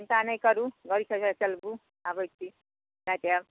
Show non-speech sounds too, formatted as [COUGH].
चिन्ता नहि करू [UNINTELLIGIBLE] आबै छी [UNINTELLIGIBLE] जारब